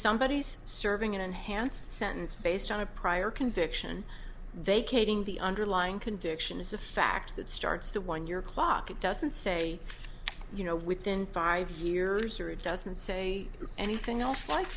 somebody is serving an enhanced sentence based on a prior conviction vacating the underlying conviction is a fact that starts the one your clock it doesn't say you know within five years or it doesn't say anything else like